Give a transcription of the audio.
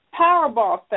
Powerball